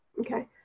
Okay